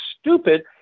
stupid –